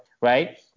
right